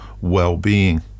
well-being